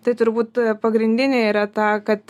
tai turbūt pagrindinė yra ta kad